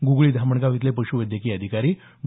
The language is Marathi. ग्गळी धामणगाव इथले पश्वैद्यकीय अधिकारी डॉ